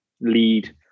lead